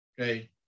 okay